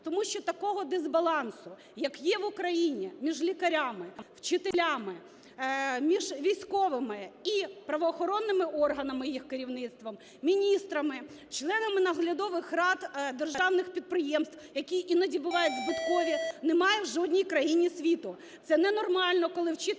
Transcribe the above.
Тому що такого дисбалансу, як є в Україні між лікарями, вчителями, між військовими і правоохоронними органами, їх керівництвом, міністрами, членами наглядових рад державних підприємств, які іноді бувають збиткові, немає в жодній країні світу. Це ненормально, коли вчитель отримує